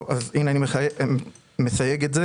לא, אז הנה אני מסייג את זה